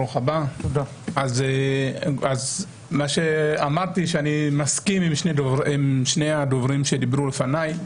מה שאמרתי שאני מסכים עם שני הדוברים שדיברו לפניי.